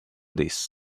this